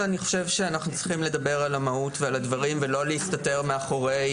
שאנחנו צריכים לדבר על המהות ועל הדברים ולא להסתתר מאחורי